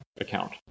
account